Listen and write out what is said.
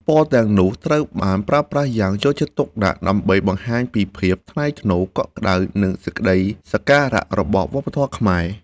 ពណ៌ទាំងនោះត្រូវបានប្រើប្រាស់យ៉ាងយកចិត្តទុកដាក់ ដើម្បីបង្ហាញពីភាពថ្លៃថ្នូរ កក់ក្តៅ និងសេចក្តីសក្ការៈរបស់វប្បធម៌ខ្មែរ។